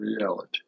reality